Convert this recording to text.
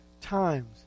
times